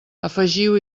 afegiu